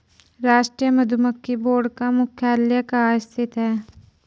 राष्ट्रीय मधुमक्खी बोर्ड का मुख्यालय कहाँ स्थित है?